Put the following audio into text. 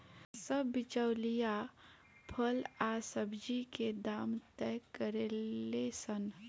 सब बिचौलिया फल आ सब्जी के दाम तय करेले सन